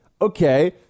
okay